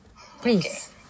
Please